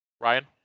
Ryan